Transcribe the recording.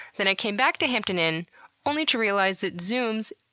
then i came back to hampton inn only to realize that zooms,